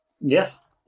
Yes